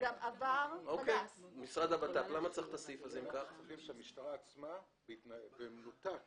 אנחנו חושבים שלמשטרה עצמה במנותק